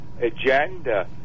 agenda